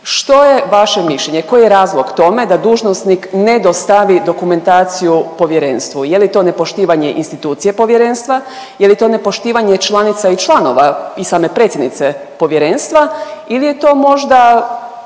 Što je vaše mišljenje? Koji je razlog tome da dužnosnik ne dostavi dokumentaciju Povjerenstvu? Je li to nepoštovanje institucije Povjerenstva, je li to nepoštivanje članova i članova i same predsjednice Povjerenstva ili je to možda